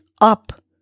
Up